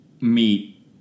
meet